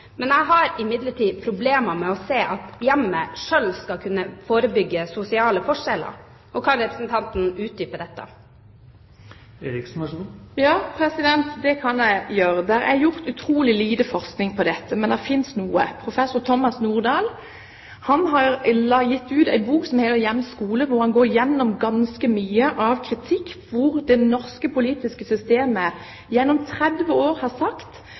Men jeg har imidlertid problemer med å se at hjemmet selv skal kunne forebygge sosiale forskjeller. Kan representanten utdype det? Ja, det kan jeg gjøre. Det er gjort utrolig lite forskning på dette, men det finnes noe. Professor Thomas Nordahl har gitt ut en bok som heter «Hjem og skole», der han kommer med ganske mye kritikk av at det norske politiske systemet gjennom 30 år har sagt